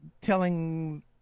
telling